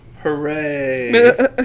Hooray